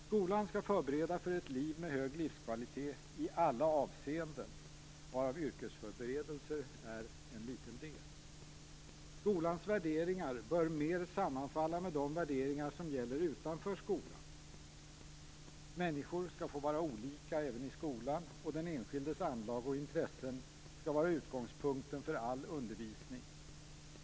Skolan skall förbereda för ett liv med hög livskvalitet i alla avseenden, varav yrkesföreberedelser är en liten del. Skolans värderingar bör mer sammanfalla med de värderingar som gäller utanför skolan. Människor skall få vara olika även i skolan, och den enskildes anlag och intressen skall vara utgångspunkten för all undervisning.